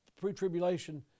pre-tribulation